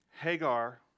Hagar